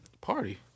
Party